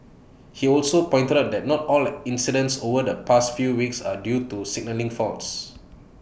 he also pointed out that not all the incidents over the past few weeks are due to signalling faults